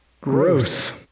Gross